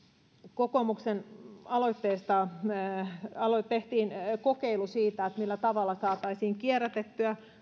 kokoomuksen aloitteesta tehtiin kokeilu siitä millä tavalla saataisiin kierrätettyä